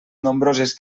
nombroses